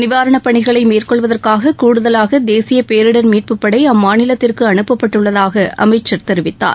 நிவாராண பணிகளை மேற்கொள்வதற்காக கூடுதவாக தேசிய பேரிடர் மீட்பு படை அம்மாநிலத்திற்கு அனுப்பட்பட்டுள்ளதாக அமைச்சர் தெரிவித்தார்